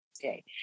Okay